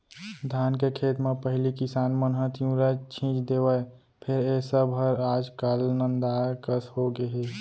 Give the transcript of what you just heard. धान के खेत म पहिली किसान मन ह तिंवरा छींच देवय फेर ए सब हर आज काल नंदाए कस होगे हे